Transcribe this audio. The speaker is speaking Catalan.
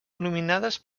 il·luminades